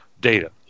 data